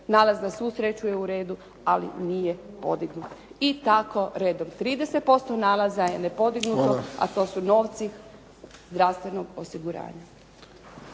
Nalaz na svu sreću je u redu, ali nije podignut i tako redom. 30% nalaza je nepodignuto, a to su novci zdravstvenog osiguranja.